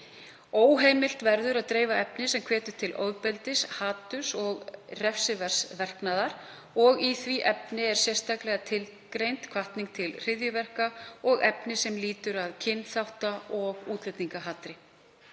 Óheimilt verður að dreifa efni sem hvetur til ofbeldis, haturs og refsiverðs verknaðar. Í því efni er sérstaklega tilgreind hvatning til hryðjuverka og efni sem lýtur að kynþátta- og útlendingahatri.